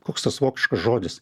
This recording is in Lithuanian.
koks tas vokiškas žodis